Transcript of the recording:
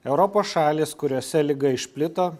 europos šalys kuriose liga išplito